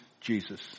Jesus